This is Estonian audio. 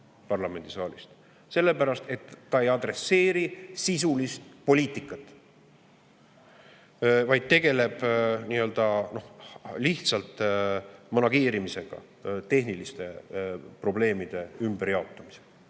Sellepärast et see ei adresseeri sisulist poliitikat, vaid tegeleb lihtsalt manageerimisega, tehniliste probleemide ümberjaotamisega.